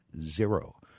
zero